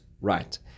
right